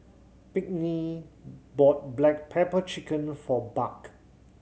Pinkney bought black pepper chicken for Buck